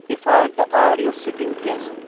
default audio sitting cassette